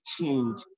change